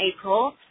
April